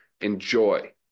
Enjoy